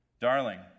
Darling